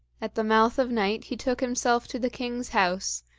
at the mouth of night he took himself to the king's house,